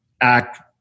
act